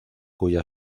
cuya